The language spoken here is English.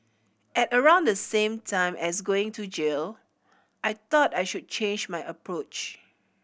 at around the same time as going to jail I thought I should change my approach